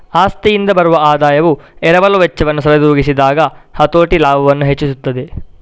ಆಸ್ತಿಯಿಂದ ಬರುವ ಆದಾಯವು ಎರವಲು ವೆಚ್ಚವನ್ನು ಸರಿದೂಗಿಸಿದಾಗ ಹತೋಟಿ ಲಾಭವನ್ನು ಹೆಚ್ಚಿಸುತ್ತದೆ